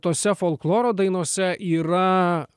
tose folkloro dainose yra